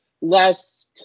less